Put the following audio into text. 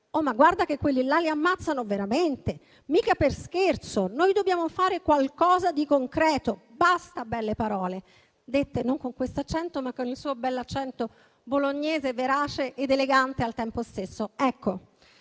ma guarda che quelli là li ammazzano veramente, mica per scherzo; noi dobbiamo fare qualcosa di concreto, basta belle parole. Questo lo ha detto non con questo accento, ma con il suo bell'accento bolognese, verace ed elegante al tempo stesso. Con